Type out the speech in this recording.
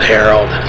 Harold